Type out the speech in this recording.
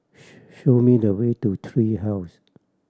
show me the way to Tree House